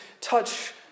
touch